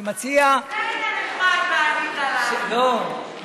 אני מציע, היה נחמד, לא, לא.